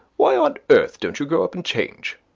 why on earth don't you go up and change?